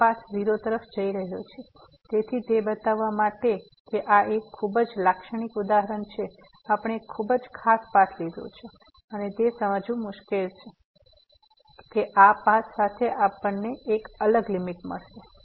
આ પાથ 0 તરફ જઇ રહ્યો છે તેથી તે બતાવવા માટે કે આ એક ખૂબ જ લાક્ષણિક ઉદાહરણ છે આપણે એક ખૂબ જ ખાસ પાથ લીધો છે અને તે સમજવું મુશ્કેલ છે કે આ પાથ સાથે આપણને એક અલગ લીમીટ મળશે